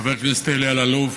חבר הכנסת אלי אלאלוף,